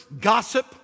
gossip